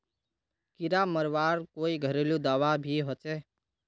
कीड़ा मरवार कोई घरेलू दाबा भी होचए?